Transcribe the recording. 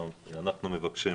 אנחנו מבקשים